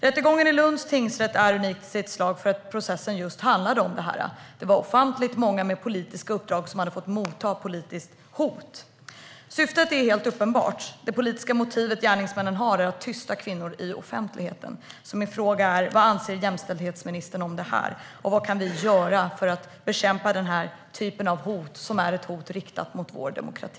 Rättegången i Lunds tingsrätt är unik i sitt slag eftersom processen just handlar om det. Det var ofantligt många med politiska uppdrag som hade fått motta politiska hot. Syftet är helt uppenbart. Det politiska motivet gärningsmännen har är att tysta kvinnor i offentligheten. Min fråga är: Vad anser jämställdhetsministern om detta? Vad kan vi göra för att bekämpa den typen av hot riktade mot vår demokrati?